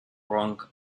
wrong